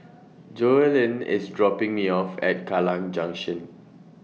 Joellen IS dropping Me off At Kallang Junction